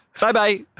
Bye-bye